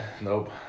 Nope